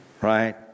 right